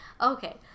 okay